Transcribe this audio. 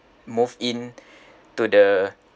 move in to the